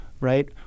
right